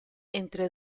entre